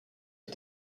for